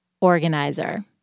organizer